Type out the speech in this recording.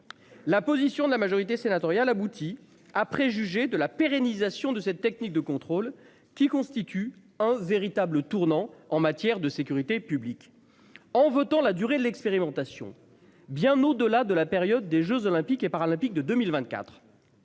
La position de la majorité sénatoriale aboutit à préjuger de la pérennisation de cette technique de contrôle qui constitue un véritable tournant en matière de sécurité publique. En votant la durée de l'expérimentation, bien au-delà de la période des Jeux olympiques et paralympiques de 2024.